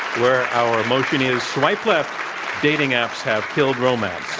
where our motion is swipe left dating apps have killed romance.